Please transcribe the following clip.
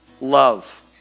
love